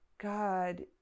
God